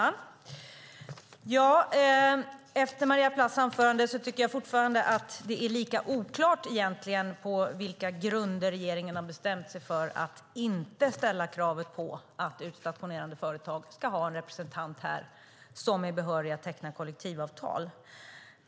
Fru talman! Efter Maria Plass anförande tycker jag fortfarande att det är lika oklart på vilka grunder regeringen har bestämt sig för att inte ställa krav på att utstationerande företag ska ha en representant här som är behörig att teckna kollektivavtal.